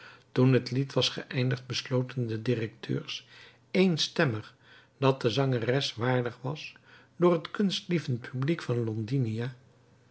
toen het lied was geëindigd besloten de directeurs eenstemmig dat de zangeres waardig was door het kunstlievend publiek van londinia